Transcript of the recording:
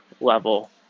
level